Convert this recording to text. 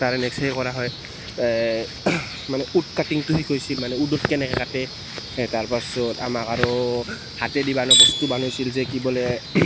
তাৰে নেক্সট সেই কৰা হয় এই মানে ৱোড কাটিঙটো শিকাইছিল মানে ৱোডত কেনেকৈ কাটে এ তাৰ পাছত আমাক আৰু হাতেদি বনা বস্তু বনাইছিল যে কি বোলে